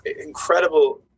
incredible